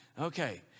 Okay